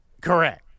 Correct